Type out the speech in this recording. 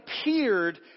appeared